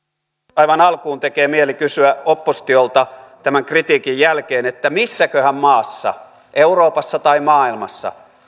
aivan alkuun tekee mieli kysyä oppositiolta tämän kritiikin jälkeen että missäköhän maassa euroopassa tai maailmassa